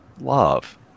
love